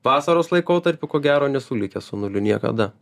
vasaros laikotarpiu ko gero nesu likęs su nuliu niekada